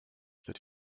that